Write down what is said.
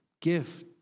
gift